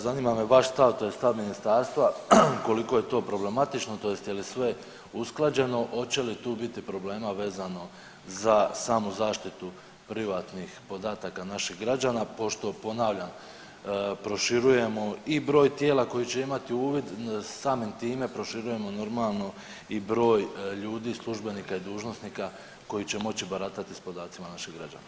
Zanima me vaš stav tj. stav ministarstva koliko je to problematično tj. je li sve usklađeno, oće li tu biti problema vezano za samu zaštitu privatnih podatka naših građana pošto ponavljam proširujemo i broj tijela koji će imati uvid, samim time proširujemo normalno i broj ljudi službenika i dužnosnika koji će moći baratati s podacima naših građana.